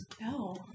No